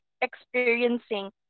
experiencing